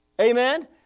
Amen